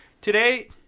Today